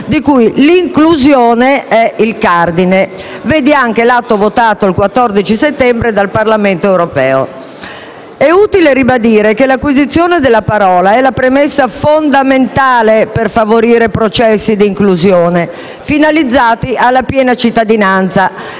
di cui l'inclusione è il cardine (vedi l'atto votato il 14 settembre dal Parlamento europeo). È utile ribadire che l'acquisizione della parola è la premessa fondamentale per favorire processi di inclusione finalizzati alla piena cittadinanza